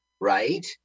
right